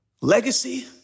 Legacy